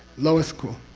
lowest school,